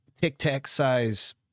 tic-tac-size